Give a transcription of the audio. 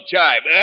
time